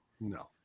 No